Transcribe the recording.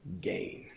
gain